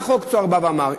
מה חוק "צהר" בא ואמר?